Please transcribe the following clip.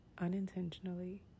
unintentionally